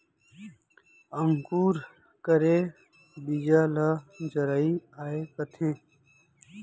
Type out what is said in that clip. अंकुर करे बीजा ल जरई आए कथें